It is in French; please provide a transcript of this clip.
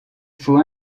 faut